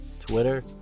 Twitter